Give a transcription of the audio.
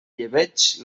llebeig